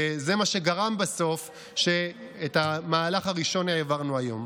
זה מה שגרם בסוף שאת המהלך הראשון העברנו היום.